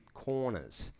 corners